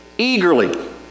Eagerly